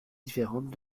différentes